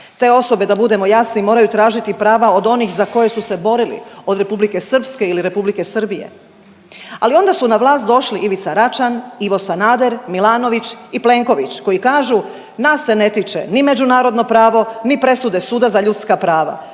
Te osobe da budemo jasni moraju tražiti prava od onih za koje su se borili od Republike Srpske ili Republike Srbije. Ali onda su na vlast došli Ivica Račan, Ivo Sanader, Milanović i Plenković koji kažu nas se ne tiče ni međunarodno pravo ni presude Suda za ljudska prava,